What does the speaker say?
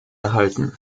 erhalten